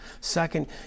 Second